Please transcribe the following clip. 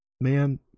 man